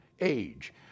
age